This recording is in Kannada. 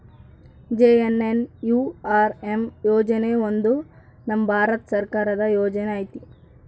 ಜೆ.ಎನ್.ಎನ್.ಯು.ಆರ್.ಎಮ್ ಯೋಜನೆ ಒಂದು ನಮ್ ಭಾರತ ಸರ್ಕಾರದ ಯೋಜನೆ ಐತಿ